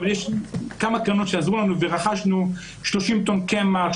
אבל יש כמה קרנות שעזרו לנו ורכשנו 30 טון קמח,